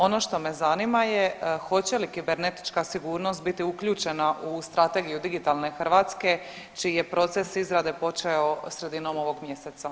Ono što me zanima je hoće li kibernetička sigurnost biti uključena u strategiju digitalne Hrvatske čiji je proces izrade počeo sredinom ovog mjeseca?